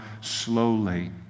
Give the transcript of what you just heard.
slowly